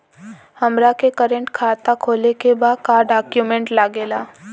हमारा के करेंट खाता खोले के बा का डॉक्यूमेंट लागेला?